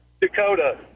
Dakota